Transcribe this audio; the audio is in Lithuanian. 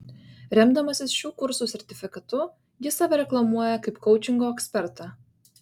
remdamasis šių kursų sertifikatu jis save reklamuoja kaip koučingo ekspertą